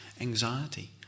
Anxiety